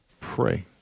Pray